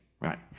right